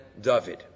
David